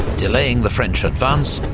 delaying the french advance,